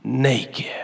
naked